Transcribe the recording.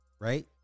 right